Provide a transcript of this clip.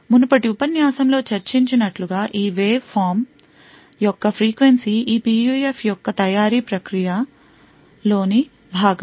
మునుపటి ఉపన్యాసం లో చర్చించినట్లుగా ఈ వేవ్ రూపం యొక్క frequency ఈ PUF యొక్క తయారీ ప్రక్రియ లోని భాగం